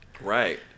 right